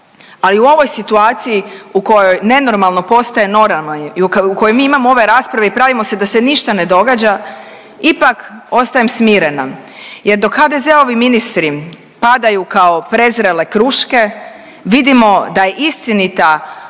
Ali u ovoj situaciji u kojoj nenormalno postaje normalno i u kojem mi imamo ove rasprave i pravimo se da se ništa ne događa ipak ostajem smirena, jer dok HDZ-ovi ministri padaju kao prezrele kruške vidimo da je istinita ona